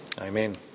amen